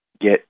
get